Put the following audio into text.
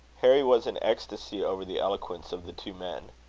harry was in ecstasy over the eloquence of the two men.